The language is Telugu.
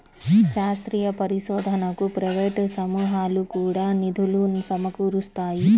శాస్త్రీయ పరిశోధనకు ప్రైవేట్ సమూహాలు కూడా నిధులు సమకూరుస్తాయి